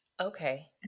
Okay